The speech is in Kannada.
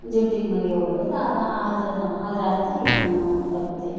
ಜುಟ್ಟಿಗೆ ಮಲ್ಲಿಗೆ ಹೂ ಬೇಕೆಂದ್ರೆ ಆಗ ಆದ್ರದ ಅದ್ರ ಅರ್ಥ ಇದ್ನೇ ಬರುತ್ತೆ